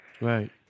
Right